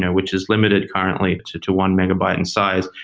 which is limited currently to to one megabyte in size,